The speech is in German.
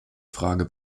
frage